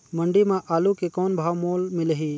मंडी म आलू के कौन भाव मोल मिलही?